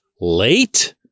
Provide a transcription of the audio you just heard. late